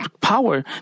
power